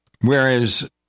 Whereas